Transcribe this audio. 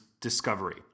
discovery